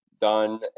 done